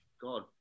God